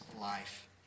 life